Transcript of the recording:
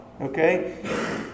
Okay